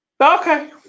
Okay